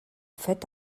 fait